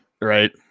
Right